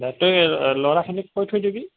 দেই তই ল'ৰাখিনিক কৈ থৈ দিবি